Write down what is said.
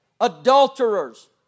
adulterers